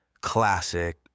classic